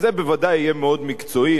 וזה בוודאי יהיה מאוד מקצועי,